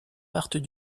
partent